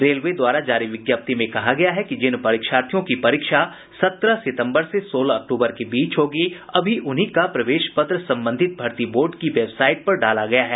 railway द्वारा जारी विज्ञप्ति में कहा गया है कि जिन परीक्षार्थियों की परीक्षा सत्रह सितम्बर से सोलह अक्टूबर के बीच होगी अभी उन्हीं का प्रवेश पत्र संबंधित भर्ती बोर्ड की वेबसाईट पर डाला गया है